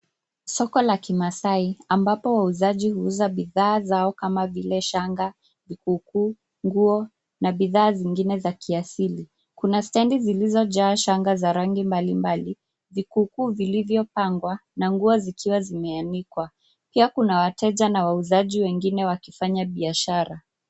Soko la kimaasai ambapo wauzaji huuza bidhaa zao kama vile shanga, vikuku, nguo na bidhaa zingine za kiasili. Kuna stendi zilizojaa shanga za rangi mbalimbali vikuku vilivyopangwa na nguo zikiwa zimeanikwa. Pia kuna wateja na wauzaji wengine wakifanya biashara.